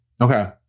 Okay